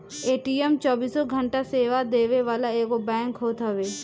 ATM चौबीसों घंटा सेवा देवे वाला एगो बैंक होत हवे